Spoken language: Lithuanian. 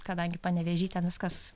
kadangi panevėžy ten viskas